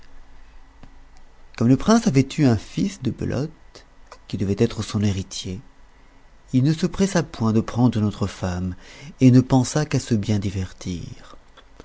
comme le prince avait eu un fils de belote qui devait être son héritier il ne se pressa point de prendre une autre femme et ne pensa qu'à se bien divertir